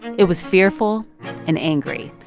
it was fearful and angry.